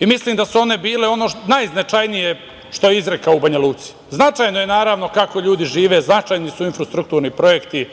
i mislim da su one bile ono najznačajnije što je izrekao u Banja Luci. Značajno je naravno kako ljudi žive, značajni su infrastrukturni projekti,